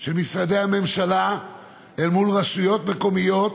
של משרדי הממשלה אל מול רשויות מקומיות